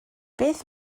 beth